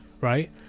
right